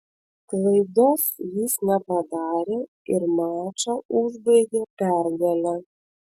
klaidos jis nepadarė ir mačą užbaigė pergale